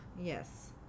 yes